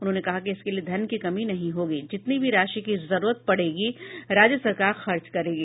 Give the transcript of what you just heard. उन्होंने कहा कि इसके लिए धन की कमी नहीं होगी जितनी भी राशि की जरूरत पड़ेगी राज्य सरकार खर्च करेगी